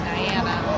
Diana